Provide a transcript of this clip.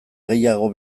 gehiago